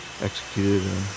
executed